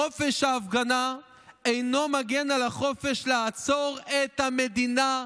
חופש ההפגנה אינו מגן על החופש 'לעצור את המדינה'